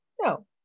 No